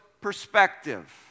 perspective